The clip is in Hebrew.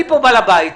אני כאן בעל הבית.